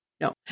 no